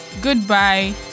Goodbye